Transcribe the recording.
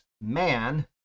man